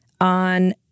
on